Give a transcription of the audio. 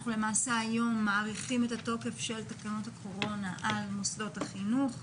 היום אנחנו למעשה מאריכים את התוקף של תקנות הקורונה על מוסדות החינוך.